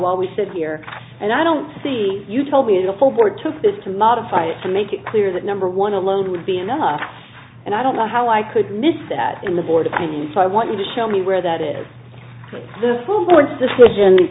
while we sit here and i don't see you told me the full board took this to modify it to make it clear that number one a load would be enough and i don't know how i could miss that in the board opinion so i want you to show me where that is the full board's decision